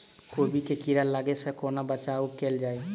कोबी मे कीड़ा लागै सअ कोना बचाऊ कैल जाएँ?